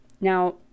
Now